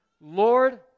Lord